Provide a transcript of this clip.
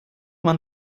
man